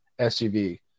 SUV